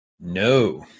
no